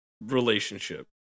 relationship